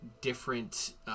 different